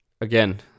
again